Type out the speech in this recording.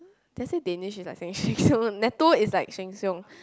did I say danish is like Sheng-Shiong natto is like Sheng-Shiong